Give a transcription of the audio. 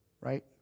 Right